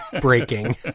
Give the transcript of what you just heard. breaking